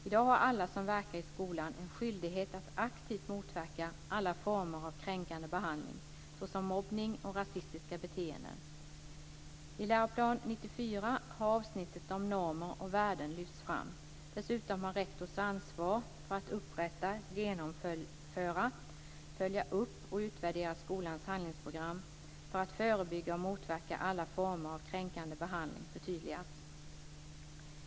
I dag har alla som verkar i skolan en skyldighet att aktivt motverka alla former av kränkande behandling, såsom mobbning och rasistiska beteenden. I Lpo 94 har avsnittet om normer och värden lyfts fram. Dessutom har rektors ansvar för att upprätta, genomföra, följa upp och utvärdera skolans handlingsprogram för att förebygga och motverka alla former av kränkande behandling förtydligats.